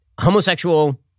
homosexual